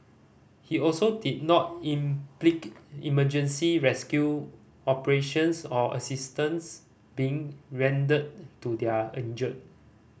he also did not emergency rescue operations or assistance being rendered to their injured